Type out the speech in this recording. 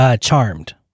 Charmed